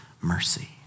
mercy